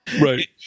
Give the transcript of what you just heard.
Right